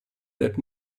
that